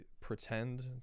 pretend